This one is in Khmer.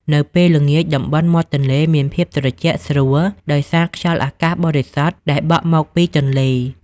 នៅពេលល្ងាច តំបន់មាត់ទន្លេមានភាពត្រជាក់ស្រួល ដោយសារខ្យល់អាកាសបរិសុទ្ធដែលបក់មកពីទន្លេ។